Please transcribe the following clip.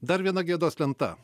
dar viena gėdos lenta